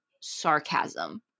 sarcasm